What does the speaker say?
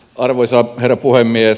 arvoisa herra puhemies